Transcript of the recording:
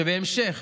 שבהמשך